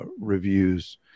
reviews